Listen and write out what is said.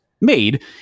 made